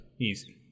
Easy